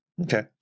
Okay